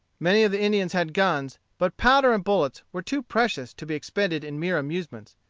many of the indians had guns, but powder and bullets were too precious to be expended in mere amusements.